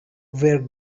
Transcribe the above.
where